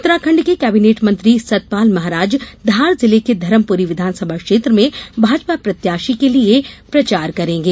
उत्तराखंण्ड के कैबिनेट मंत्री सतपाल महाराज धार जिले के धरमपुरी विधानसभा क्षेत्र में भाजपा प्रत्याशी के लिये प्रचार करेंगे